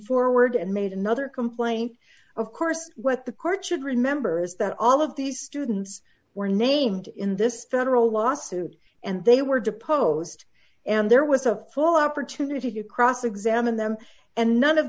forward and made another complaint of course what the court should remember is that all of these students were named in this federal lawsuit and they were deposed and there was a full opportunity to cross examine them and none of